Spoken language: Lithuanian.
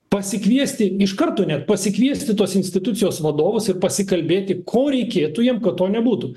pasikviesti iš karto net pasikviesti tos institucijos vadovus ir pasikalbėti ko reikėtų jiem kad to nebūtų